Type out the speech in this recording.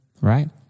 right